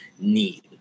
need